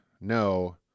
No